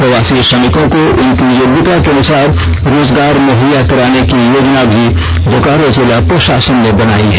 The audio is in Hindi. प्रवासी श्रमिकों को उनकी योग्यता के अनुसार रोजगार भी मुहैया कराने की योजना भी बोकारो जिला प्रशासन ने बनाई है